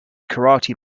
karate